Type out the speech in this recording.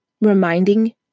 reminding